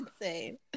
insane